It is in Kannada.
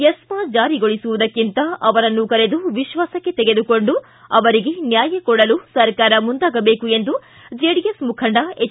ಎಸ್ತಾ ಜಾರಿಗೊಳಿಸುವುದಕ್ಕಿಂತ ಅವರನ್ನು ಕರೆದು ವಿಶ್ವಾಸಕ್ಕೆ ತೆಗೆದುಕೊಂಡು ಅವರಿಗೆ ನ್ಯಾಯ ಕೊಡಲು ಸರ್ಕಾರ ಮುಂದಾಗಬೇಕು ಎಂದು ಜೆಡಿಎಸ್ ಮುಖಂಡ ಎಚ್